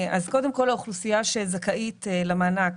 קודם כל, האוכלוסייה שזכאית למענק,